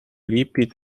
lipid